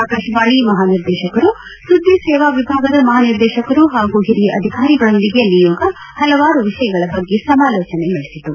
ಆಕಾಶವಾಣಿ ಮಹಾನಿರ್ದೇಶಕರು ಸುದ್ದಿ ಸೇವಾ ವಿಭಾಗದ ಮಹಾನಿರ್ದೇಶಕರು ಹಾಗೂ ಹಿರಿಯ ಅಧಿಕಾರಿಗಳೊಂದಿಗೆ ನಿಯೋಗ ಹಲವಾರು ವಿಷಯಗಳ ಬಗ್ಗೆ ಸಮಾಲೋಚನೆ ನಡೆಸಿತು